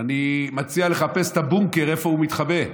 אני מציע לחפש את הבונקר שהוא מתחבא בו.